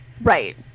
Right